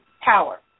power